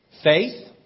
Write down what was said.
Faith